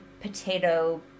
potato